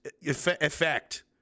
effect